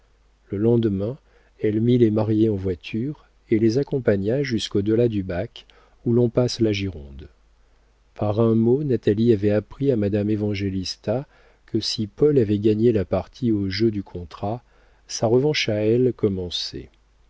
le lendemain elle mit les mariés en voiture et les accompagna jusqu'au delà du bac où l'on passe la gironde par un mot natalie avait appris à madame évangélista que si paul avait gagné la partie au jeu du contrat sa revanche à elle commençait